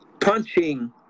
punching